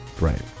Right